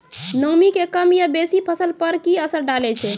नामी के कम या बेसी फसल पर की असर डाले छै?